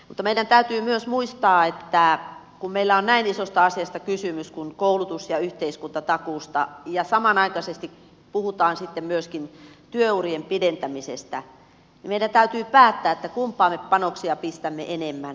mutta meidän täytyy myös muistaa että kun meillä on näin isosta asiasta kysymys kuin koulutuksesta ja yhteiskuntatakuusta ja samanaikaisesti puhutaan sitten myöskin työurien pidentämisestä niin meidän täytyy päättää kumpaan me panoksia pistämme enemmän